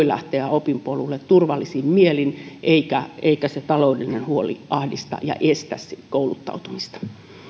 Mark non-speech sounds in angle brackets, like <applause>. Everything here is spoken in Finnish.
<unintelligible> lähteä opinpolulle turvallisin mielin eikä se taloudellinen huoli ahdista ja estä kouluttautumista